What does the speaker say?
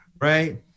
right